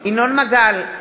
ינון מגל,